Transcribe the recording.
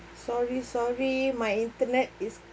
sorry sorry my internet is